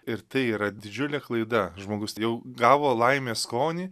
ir tai yra didžiulė klaida žmogus tai jau gavo laimės skonį